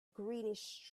greenish